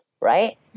right